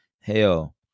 hell